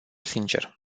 sincer